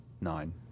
Nine